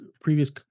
previous